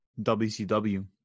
WCW